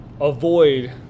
avoid